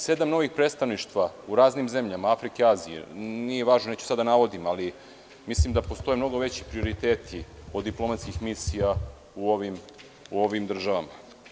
Dakle, sedam novih predstavništava u raznim zemljama, Afrike, Azije, neću da navodim, ali mislim da postoje mnogo veći prioriteti od diplomatskih misija u ovim državama.